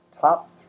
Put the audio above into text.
Top